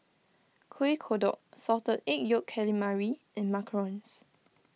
Kueh Kodok Salted Egg Yolk Calamari and Macarons